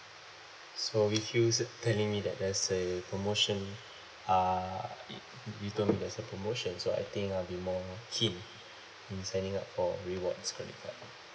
so with you telling me that there's a promotion uh i~ you told me there's a promotion so I think I'll be more keen in signing up for rewards credit card